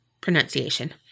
pronunciation